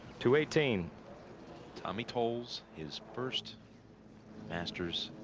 two eighteen tommy tolles his first masters